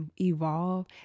evolve